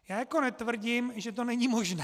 Já netvrdím, že to není možné.